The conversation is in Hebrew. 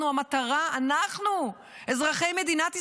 אנחנו המטרה, אנחנו, אזרחי מדינת ישראל.